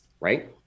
right